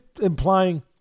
implying